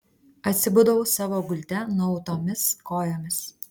atsibudau savo gulte nuautomis kojomis